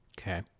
Okay